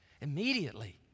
immediately